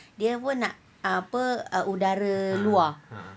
dia pun nak apa udara luar